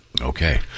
Okay